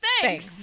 thanks